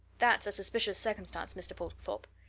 that's a suspicious circumstance, mr. portlethorpe.